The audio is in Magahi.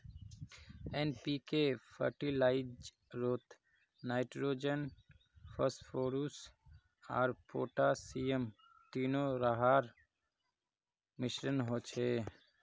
एन.पी.के फ़र्टिलाइज़रोत नाइट्रोजन, फस्फोरुस आर पोटासियम तीनो रहार मिश्रण होचे